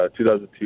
2002